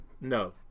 no